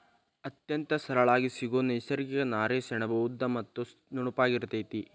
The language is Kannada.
ಅತ್ಯಂತ ಸರಳಾಗಿ ಸಿಗು ನೈಸರ್ಗಿಕ ನಾರೇ ಸೆಣಬು ಉದ್ದ ಮತ್ತ ನುಣುಪಾಗಿ ಇರತತಿ